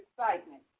excitement